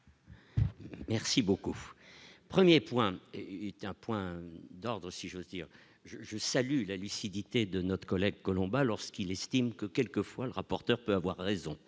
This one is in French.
Merci beaucoup 1er point est un point d'ordre si j'ose dire je, je salue la lucidité de notre collègue Colomba lorsqu'il estime que quelquefois le rapporteur peut avoir raison